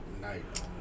night